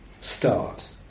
start